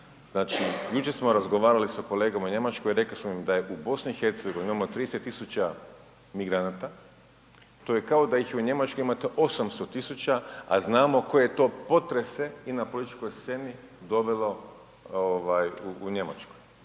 Znači jučer smo razgovarali s kolegama u Njemačkoj i rekli smo im da je u BiH imamo 30 tisuća migranata, to je kao da ih u Njemačkoj imate 800 tisuća, a znamo koje to potrese i na političkoj sceni dovelo u Njemačku.